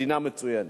מדינה מצוינת.